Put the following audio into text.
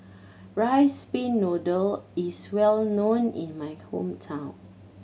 rice pin noodle is well known in my hometown